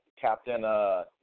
Captain